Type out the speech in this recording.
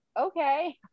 Okay